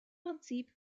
prinzip